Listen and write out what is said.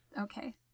okay